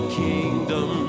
kingdom